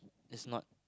is not